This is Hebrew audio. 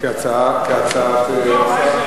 כהצעת השר?